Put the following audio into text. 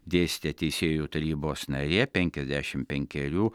dėstė teisėjų tarybos narė penkiasdešimt penkerių